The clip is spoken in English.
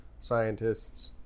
scientists